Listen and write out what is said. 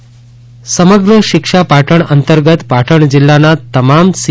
પાટણ શિક્ષણ સમગ્ર શિક્ષા પાટણ અંતર્ગત પાટણ જિલ્લાના તમામ સી